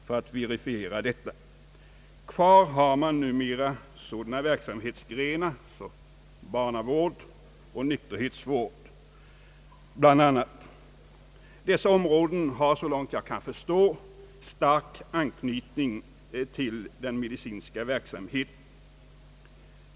för att verifiera detta. Kvar har man numera endast sådana verksamhetsgrenar som barnavård och nykterhetsvård. Dessa områden har, så långt jag kan förstå, stark anknytning även till den medicinska verksamheten.